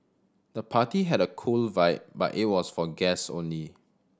the party had a cool vibe but it was for guest only